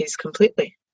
completely